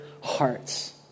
hearts